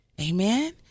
Amen